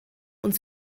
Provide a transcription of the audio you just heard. und